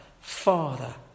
Father